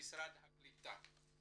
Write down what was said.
משרד הקליטה.